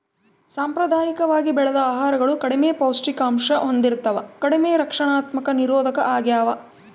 ಸಾಂಪ್ರದಾಯಿಕವಾಗಿ ಬೆಳೆದ ಆಹಾರಗಳು ಕಡಿಮೆ ಪೌಷ್ಟಿಕಾಂಶ ಹೊಂದಿರ್ತವ ಕಡಿಮೆ ರಕ್ಷಣಾತ್ಮಕ ನಿರೋಧಕ ಆಗ್ಯವ